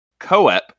Coep